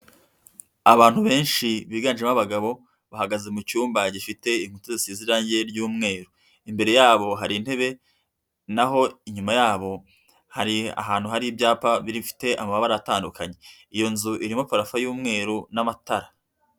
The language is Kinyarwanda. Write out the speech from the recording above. Abantu benshi biganjemo abagabo, bahagaze mu cyumba gifite inkuta zisize irangi ry'umweru. Imbere yabo hari intebe naho inyuma yabo hari ahantu hari ibyapa bifite amabara atandukanye, iyo nzu irimo parafo y'umweru n'amatara.